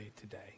today